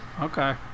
Okay